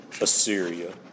Assyria